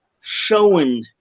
showing